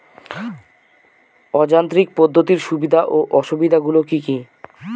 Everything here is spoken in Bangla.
অযান্ত্রিক পদ্ধতির সুবিধা ও অসুবিধা গুলি কি কি?